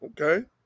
okay